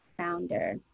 founder